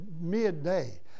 midday